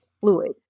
fluid